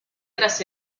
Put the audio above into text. tras